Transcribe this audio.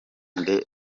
nde